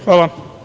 Hvala.